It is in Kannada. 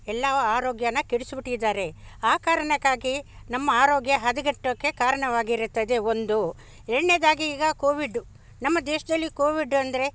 ಎಲ್ಲಾವ ಆರೋಗ್ಯನ್ನ ಕೆಡಿಸಿಬಿಟ್ಟಿದಾರೆ ಆ ಕಾರ್ಣಕ್ಕಾಗಿ ನಮ್ಮ ಆರೋಗ್ಯ ಹದಗೆಟ್ಟೋಕೆ ಕಾರ್ಣವಾಗಿರುತ್ತದೆ ಒಂದು ಎರಡ್ನೇದಾಗಿ ಈಗ ಕೋವಿಡ್ಡು ನಮ್ಮ ದೇಶದಲ್ಲಿ ಕೋವಿಡ್ ಅಂದರೆ